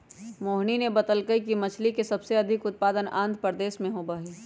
मोहिनी ने बतल कई कि मछ्ली के सबसे अधिक उत्पादन आंध्रप्रदेश में होबा हई